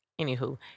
Anywho